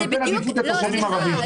אני נותן עדיפות לתושבים ערבים,